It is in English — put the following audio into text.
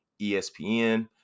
ESPN